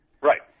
Right